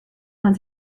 man